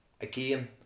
Again